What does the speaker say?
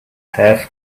have